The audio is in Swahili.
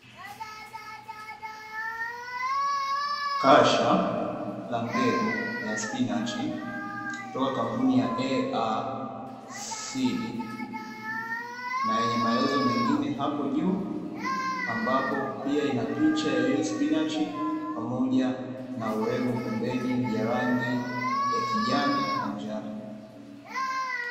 Kasha la mbegu la spinachi kutoka kampuni ya Ae seed , na wenye maelezo mengine hapo juu, ambapo pia ina picha ya hiyo spinachi pamoja na urembo pembeni ya rangi ya kijani na njano.